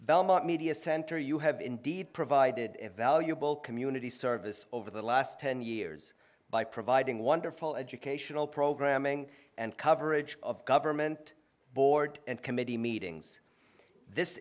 belmont media center you have indeed provided a valuable community service over the last ten years by providing wonderful educational programming and coverage of government board and committee meetings this